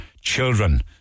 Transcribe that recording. children